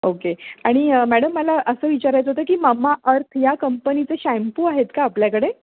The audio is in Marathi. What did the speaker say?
ओके आणि मॅडम मला असं विचारायचं होतं की ममाअर्थ या कंपनीचे शॅम्पू आहेत का आपल्याकडे